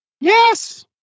Yes